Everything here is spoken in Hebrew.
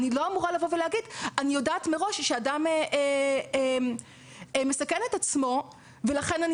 אני לא אמורה לבוא ולהגיד שאני יודעת מראש שאדם מסכן את עצמו ולכן אני